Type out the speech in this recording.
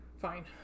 Fine